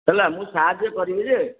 ହେଲା ମୁଁ ସାହାଯ୍ୟ କରିବି ଯେ